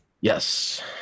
Yes